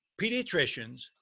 pediatricians